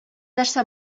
нәрсә